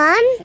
One